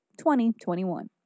2021